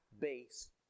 base